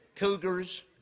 Cougars